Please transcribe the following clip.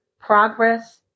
progress